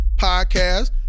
podcast